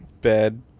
bad